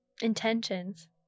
Intentions